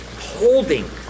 holding